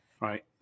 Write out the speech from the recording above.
Right